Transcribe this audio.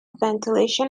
ventilation